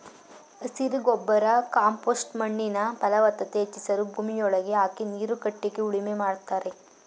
ಹಸಿರು ಗೊಬ್ಬರ ಕಾಂಪೋಸ್ಟ್ ಮಣ್ಣಿನ ಫಲವತ್ತತೆ ಹೆಚ್ಚಿಸಲು ಭೂಮಿಯೊಳಗೆ ಹಾಕಿ ನೀರು ಕಟ್ಟಿಗೆ ಉಳುಮೆ ಮಾಡ್ತರೆ